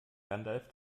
gandalf